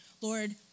Lord